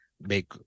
make